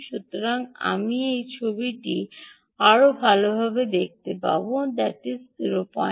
সুতরাং আপনি এই ছবিটি আরও ভাল দেখতে পাবেন যে এটি 05